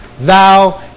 Thou